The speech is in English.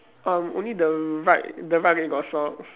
um only the right the right leg got socks